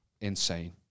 insane